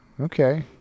okay